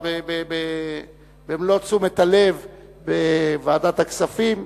במלוא תשומת הלב בוועדת הכספים,